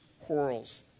quarrels